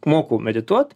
mokau medituot